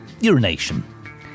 urination